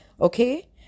Okay